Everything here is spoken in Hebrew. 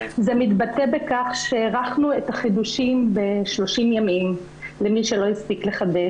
זה מתבטא בכך שהארכנו את החידושים ב-30 ימים למי שלא הספיק לחדש,